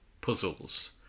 puzzles